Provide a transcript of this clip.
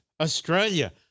Australia